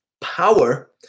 power